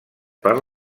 per